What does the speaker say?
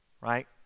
right